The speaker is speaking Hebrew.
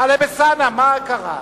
טלב אלסאנע, מה קרה?